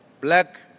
Black